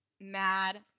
mad